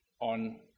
on